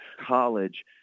college